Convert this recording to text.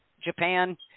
Japan